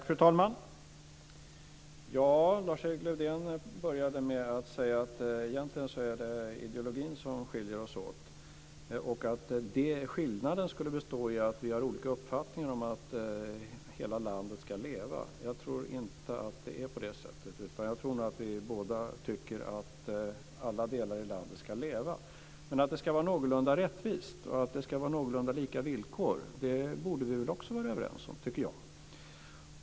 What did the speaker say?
Fru talman! Ja, Lars-Erik Lövdén började med att säga att det egentligen är ideologin som skiljer oss åt. Denna skillnad skulle bestå i att vi har olika uppfattningar om att hela landet ska leva. Jag tror inte att det är på det sättet. Jag tror att vi båda tycker att alla delar i landet ska leva. Men att det ska vara någorlunda rättvist och att det ska vara någorlunda likvärdiga villkor borde vi vara överens om, tycker jag.